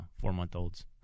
four-month-olds